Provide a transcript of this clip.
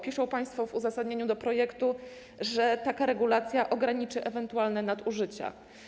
Piszą państwo w uzasadnieniu projektu, że taka regulacja ograniczy ewentualne nadużycia.